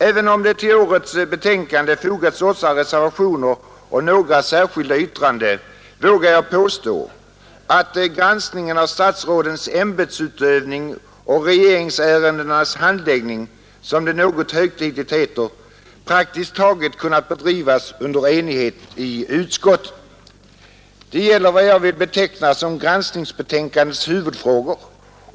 Även om det till årets betänkande fogats åtta reservationer och några särskilda yttranden vågar jag påstå att granskningen av statsrådens ämbetsutövning och regeringsärendenas handläggning, som det något högtidligt heter, praktiskt taget kunnat bedrivas under enighet i utskottet. Det gäller vad jag vill beteckna som granskningsbetänkandets huvudfrågor.